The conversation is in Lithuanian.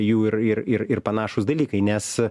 jų ir ir ir ir panašūs dalykai nes